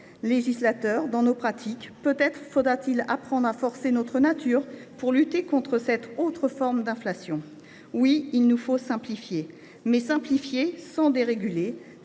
législateurs, dans nos pratiques. Peut être faudra t il apprendre à forcer notre nature pour lutter contre cette autre forme d’inflation. Oui, il nous faut simplifier, mais simplifier sans déréguler,